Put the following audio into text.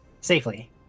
safely